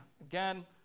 Again